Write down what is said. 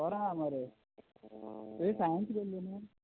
बरो आसा मरे तुंवें सायन्स घेल्लें न्हय